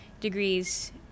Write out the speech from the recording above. degrees